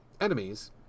enemies